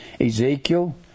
Ezekiel